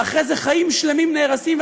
ואחרי זה חיים שלמים נהרסים.